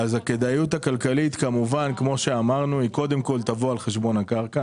הכדאיות הכלכלית תבוא על חשבון הקרקע.